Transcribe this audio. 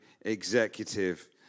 executive